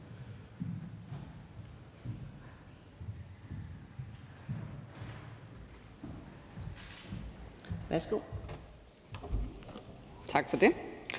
ordene. Tak for det.